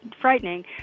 frightening